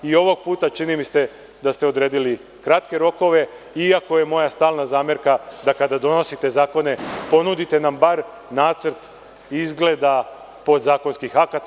I ovog puta, čini mi se da ste odredili kratke rokove, iako je moja stalna zamerka da, kada donosite zakone, ponudite nam bar nacrt izgleda podzakonskih akata.